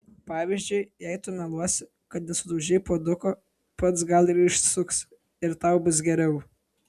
pavyzdžiui jei tu meluosi kad nesudaužei puoduko pats gal ir išsisuksi ir tau bus geriau